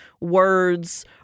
words